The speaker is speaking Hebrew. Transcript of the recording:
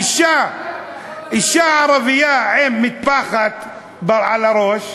אישה ערבייה עם מטפחת על הראש,